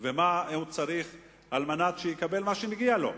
ומה הוא צריך על מנת שהוא יקבל מה שמגיע לו,